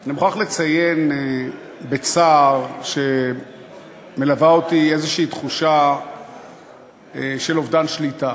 אני מוכרח לציין בצער שמלווה אותי איזו תחושה של אובדן שליטה.